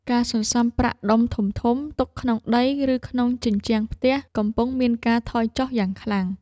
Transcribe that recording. ការសន្សំប្រាក់ដុំធំៗទុកក្នុងដី ឬក្នុងជញ្ជាំងផ្ទះ កំពុងមានការថយចុះយ៉ាងខ្លាំង។